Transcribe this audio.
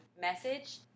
message